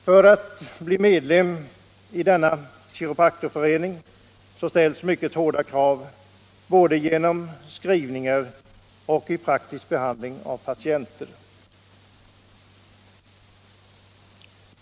För medlemskap i Kiropraktorföreningen ställs mycket hårda krav på meritering, både genom skrivningar och i praktisk behandling av patienter.